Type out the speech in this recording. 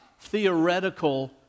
theoretical